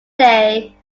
day